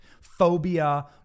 phobia